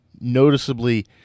noticeably